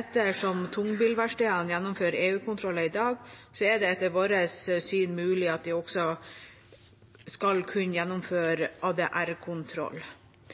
Ettersom tungbilverkstedene gjennomfører EU-kontroller i dag, er det etter vårt syn mulig at de også skal kunne gjennomføre